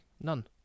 none